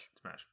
Smash